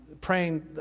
praying